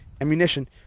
ammunition